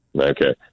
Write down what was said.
Okay